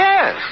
Yes